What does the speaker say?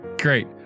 Great